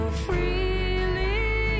freely